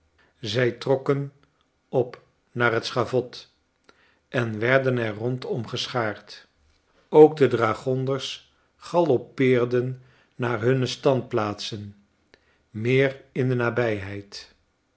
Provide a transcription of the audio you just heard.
zij trokken op naar het schavot en werden er romdom geschaard ook de dragonders galoppeerden naar hunne standplaatsen meer in de nabijheid